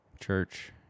church